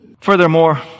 Furthermore